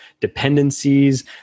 dependencies